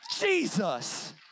Jesus